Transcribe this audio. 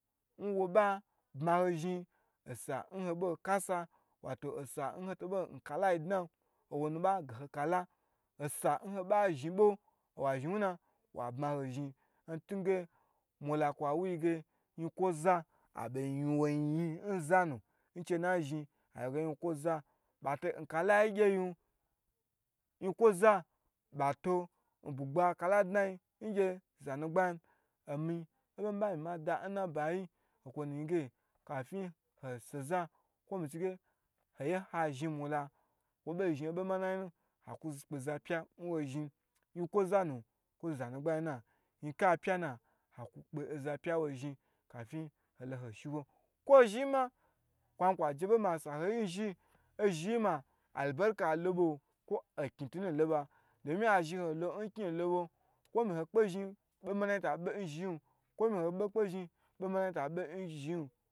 Bma ho zhni osa n ho boi kasa wato osa nho to bo n kalayi dna owonu baga ho kalo osa hoba zhni bo wato wa bma ho zhni ntugu mula kwa pa nyinkwo za abo nyin wo yin wo yin yin n za nu, n chena zhi yikwo za ba toi kala yi ngye yin, yin kwo za ba to bugba dna yin ngye zanu gbayin oma oyan mi ba mi ma da n nalayi nkwo na yi ge kafi n ho so za ko mi chi hoye ha zhi mula kwo bo zhni bo manayi nu ha ku kpeze wo zhni, nyi kwo za na kwo za nu gbayi nu n haku kpe za pya wo zhni, yinka pya na haku kpe za pya yi zhni kafin holo hoi shiwo kwo zhni nna, kwa zhni kwa je bo ma n zhi, zhi yima anaberika lolo kwo okni tunu lobo domin ozhi ho lo n kni nu lobo kwo n ho bo kpezhinyi boma na yi ta be nzhin, komi ho bo kpe zhin yi bomanayi ta be nzhni